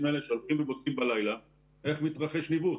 האלה שהולכים ובודקים בלילה איך מתרחש ניווט,